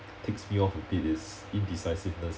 ticks me off a bit is indecisiveness